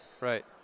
Right